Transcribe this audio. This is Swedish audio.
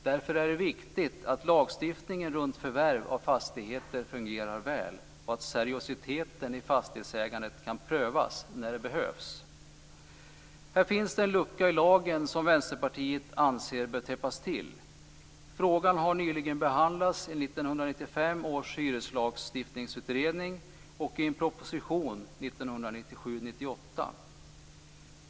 Därför är det viktigt att lagstiftningen runt förvärv av fastigheter fungerar väl och att seriositeten i fastighetsägandet kan prövas när det behövs. Här finns det en lucka i lagen som Vänsterpartiet anser bör täppas till. Frågan har nyligen behandlats i 1995 års utredning om hyreslagstiftning och i en proposition under 1997/98.